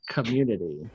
Community